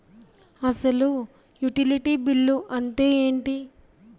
అసలు utility bill అంతే ఎంటి?